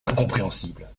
incompréhensible